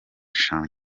sean